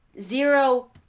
Zero